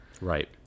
Right